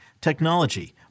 technology